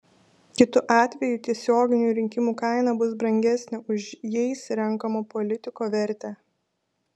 kitu atveju tiesioginių rinkimų kaina bus brangesnė už jais renkamo politiko vertę